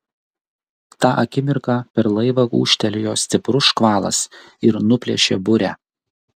tą akimirką per laivą ūžtelėjo stiprus škvalas ir nuplėšė burę